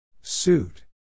Suit